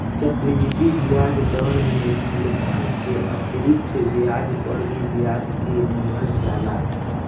चक्रवृद्धि ब्याज दर में मूलधन के अतिरिक्त ब्याज पर भी ब्याज के लिहल जाला